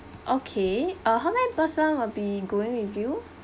okay uh how many person will be going with you